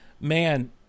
man